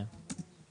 כן.